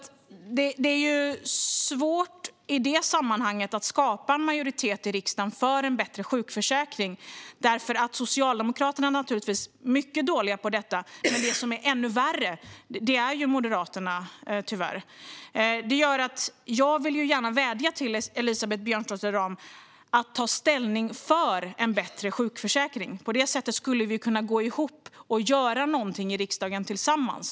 Det är svårt i det sammanhanget att skapa en majoritet i riksdagen för en bättre sjukförsäkring. Socialdemokraterna är naturligtvis mycket dåliga på detta, men det som är ännu värre är Moderaterna, tyvärr. Det gör att jag gärna vill vädja till Elisabeth Björnsdotter Rahm att ta ställning för en bättre sjukförsäkring. På det sättet skulle vi kunna gå ihop och göra någonting i riksdagen tillsammans.